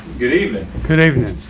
good evening. good evening.